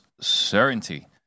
certainty